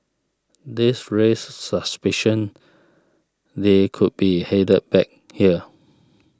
this raised suspicion they could be headed back here